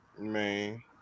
Man